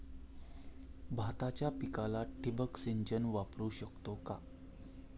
भाताच्या पिकाला ठिबक सिंचन वापरू शकतो का?